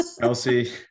elsie